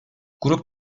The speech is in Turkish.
grup